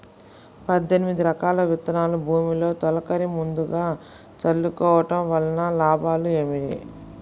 పద్దెనిమిది రకాల విత్తనాలు భూమిలో తొలకరి ముందుగా చల్లుకోవటం వలన లాభాలు ఏమిటి?